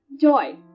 joy